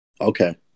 Okay